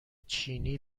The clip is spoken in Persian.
چینی